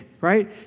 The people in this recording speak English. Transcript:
right